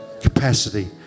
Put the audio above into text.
capacity